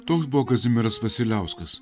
toks buvo kazimieras vasiliauskas